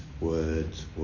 words